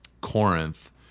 corinth